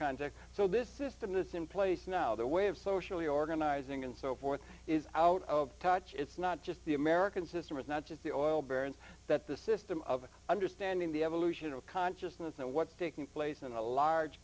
context so this system is in place now the way of socially organizing and so forth is out of touch it's not just the american system it's not just the oil barons that the system of understanding the evolution of consciousness and what's taking place in a large